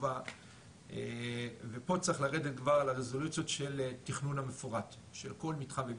חשובה ופה צריך לרדת כבר לרזולוציות של התכנון המפורט של כל מתחם ומתחם.